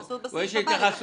התייחסות בסעיף הבא,